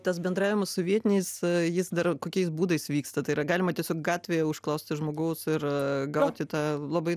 tas bendravimas su vietiniais jis dar kokiais būdais vyksta tai yra galima tiesiog gatvėje užklausti žmogaus ir gauti tą labai